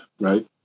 right